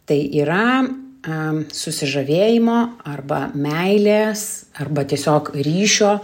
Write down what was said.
tai yra susižavėjimo arba meilės arba tiesiog ryšio